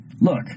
look